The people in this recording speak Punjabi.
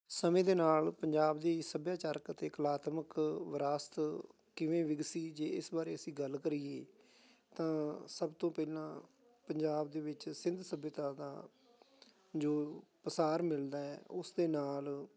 ਸਮੇਂ ਦੇ ਨਾਲ ਪੰਜਾਬ ਦੀ ਸੱਭਿਆਚਾਰਕ ਅਤੇ ਕਲਾਤਮਕ ਵਿਰਾਸਤ ਕਿਵੇਂ ਵਿਗਸੀ ਜੇ ਇਸ ਬਾਰੇ ਅਸੀਂ ਗੱਲ ਕਰੀਏ ਤਾਂ ਸਭ ਤੋਂ ਪਹਿਲਾਂ ਪੰਜਾਬ ਦੇ ਵਿੱਚ ਸਿੰਧ ਸੱਭਿਅਤਾ ਦਾ ਜੋ ਅਸਾਰ ਮਿਲਦਾ ਆ ਉਸ ਦੇ ਨਾਲ